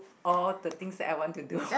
all the things that I want to do